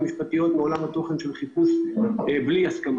המשפטיות מעולם התוכן של חיפוש בלי הסכמה.